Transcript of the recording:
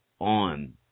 on